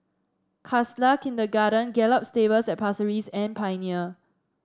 Khalsa Kindergarten Gallop Stables at Pasir Ris and Pioneer